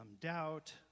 doubt